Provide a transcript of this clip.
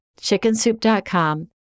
chickensoup.com